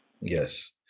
Yes